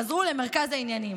חזרו למרכז העניינים.